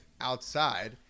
outside